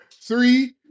three